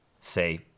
say